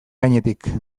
gainetik